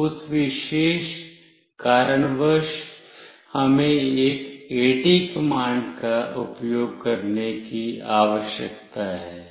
उस विशेष कारणवश हमें एक एटी कमांड का उपयोग करने की आवश्यकता है